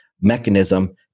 mechanism